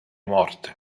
morte